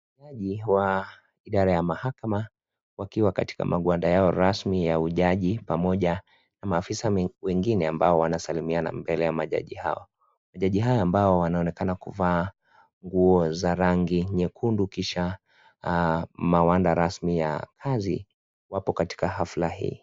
Majaji wa idara ya mahakama wakiwa katika magwanda Yao rasmi ya ujaji pamoja na maafisa wengine ambao wanasalimiana mbele ya majaji hao. Majaji hao ambao wanaonekana kuvaa nguo za rangi nyekundu kisha magwanda rasmi ya kazi Wapo katika hafla hii.